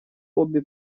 обе